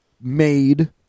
made